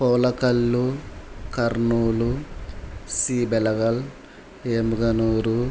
Palakallu Kurnool C Belagal Emmiganur